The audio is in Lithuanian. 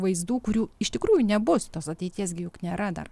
vaizdų kurių iš tikrųjų nebus tos ateities gi juk nėra dar